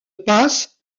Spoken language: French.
passe